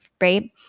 right